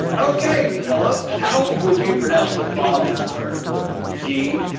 okay filipp, how would you pronounce the following word g